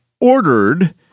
ordered